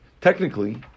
technically